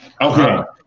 Okay